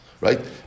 Right